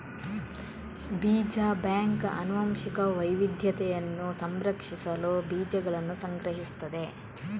ಬೀಜ ಬ್ಯಾಂಕ್ ಆನುವಂಶಿಕ ವೈವಿಧ್ಯತೆಯನ್ನು ಸಂರಕ್ಷಿಸಲು ಬೀಜಗಳನ್ನು ಸಂಗ್ರಹಿಸುತ್ತದೆ